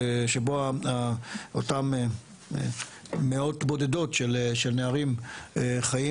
שבו אותם מאות בודדות של נערים חיים